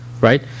right